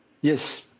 Yes